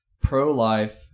pro-life